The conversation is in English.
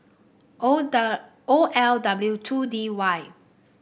O L W two D Y